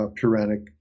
puranic